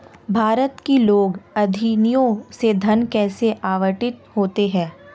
भारत की लोक निधियों से धन कैसे आवंटित होता है?